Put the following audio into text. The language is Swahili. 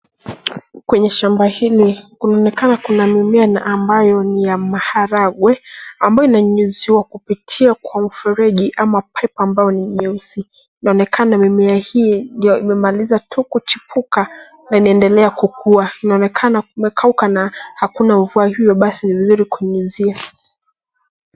Kwenye shamba hili kunaonekana kuna mimea na ambayo ni ya maharagwe ambayo inanyunyuziwa kupitia kwa mfereji ama pipe ambayo ni nyeusi. Inaonekana mimea hii ndio imemaliza tu kuchipuka na inaendelea kukua. Inaonekana kumekauka na hakuna mvua hivyo basi ni vizuri kunyunyizia.